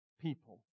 people